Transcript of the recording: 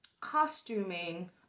costuming